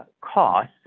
cost